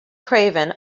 craven